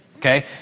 Okay